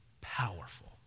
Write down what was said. powerful